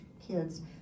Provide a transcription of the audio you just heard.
kids